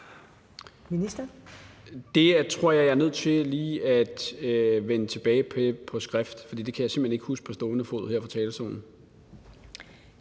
Det tror jeg at jeg er nødt til lige at vende tilbage om på skrift, for det kan jeg simpelt hen ikke huske på stående fod her på talerstolen.